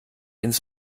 ins